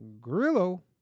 Grillo